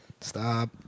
Stop